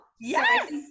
yes